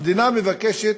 המדינה מבקשת